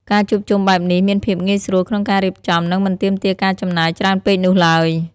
ការជួបជុំបែបនេះមានភាពងាយស្រួលក្នុងការរៀបចំនិងមិនទាមទារការចំណាយច្រើនពេកនោះឡើយ។